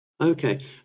Okay